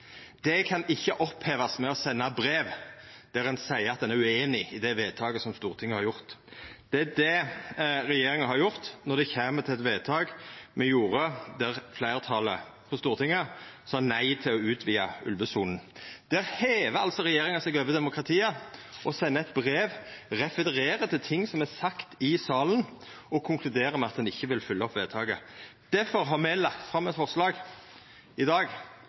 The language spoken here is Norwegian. det Stortinget vedtek. Det kan ikkje opphevast med å senda brev der ein seier at ein er ueinig i det vedtaket som Stortinget har gjort. Det er det regjeringa har gjort når det gjeld eit vedtak me gjorde, der fleirtalet på Stortinget sa nei til å utvida ulvesona. Der hevar altså regjeringa seg over demokratiet og sender eit brev, refererer til ting som er sagt i salen, og konkluderer med at ein ikkje vil følgja opp vedtaket. Difor har me lagt fram eit forslag i dag